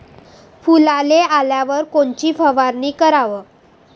फुलाले आल्यावर कोनची फवारनी कराव?